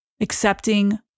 accepting